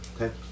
okay